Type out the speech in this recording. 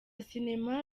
sinema